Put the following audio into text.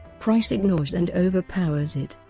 price ignores and overpowers it,